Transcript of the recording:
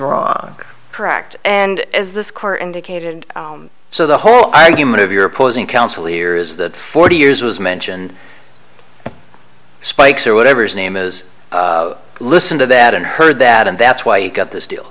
wrong correct and as this court indicated so the whole argument of your opposing counsel ear is that forty years was mentioned spike's or whatever his name is listen to that and heard that and that's why you got this deal